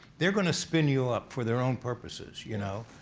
they're going to spin you up for their own purposes, you know.